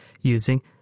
using